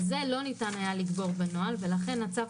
על זה לא ניתן היה לגבור בנוהל ולכן הצו